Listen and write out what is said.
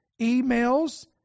emails